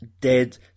Dead